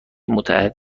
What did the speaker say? متعهد